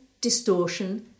distortion